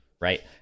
right